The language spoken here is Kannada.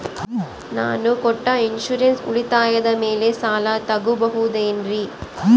ನಾನು ಕಟ್ಟೊ ಇನ್ಸೂರೆನ್ಸ್ ಉಳಿತಾಯದ ಮೇಲೆ ಸಾಲ ತಗೋಬಹುದೇನ್ರಿ?